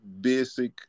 basic